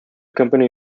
company